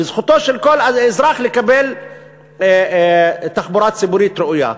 וזכותו של כל אזרח לקבל תחבורה ציבורית ראויה.